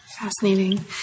Fascinating